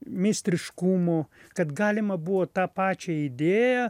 meistriškumo kad galima buvo tą pačią idėją